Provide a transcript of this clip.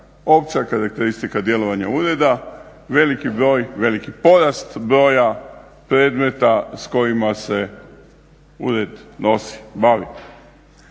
opća karakteristika djelovanja ureda, veliki broj, veliki porast broja predmeta s kojima se ured nosi, bavi.